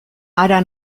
hara